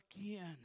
again